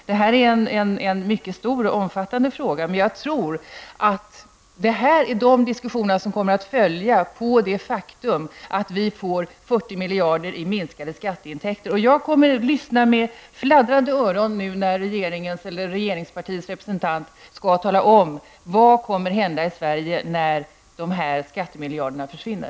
Detta är en mycket stor och omfattande fråga, men jag tror att de diskussionerna kommer att följa på det faktum att vi får 40 miljarder i minskade skatteintäkter. Jag kommer att med fladdrande öron lyssna när regeringspartiets representant skall tala om vad som kommer att hända i Sverige när de skattemiljarderna försvinner.